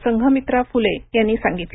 संघमित्रा फुले यांनी सांगितलं